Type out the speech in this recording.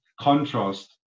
contrast